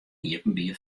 iepenbier